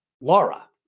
Laura